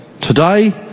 Today